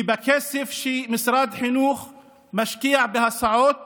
כי את הכסף שמשרד החינוך משקיע בהסעות